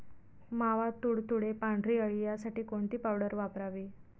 मावा, तुडतुडे, पांढरी अळी यासाठी कोणती पावडर वापरावी?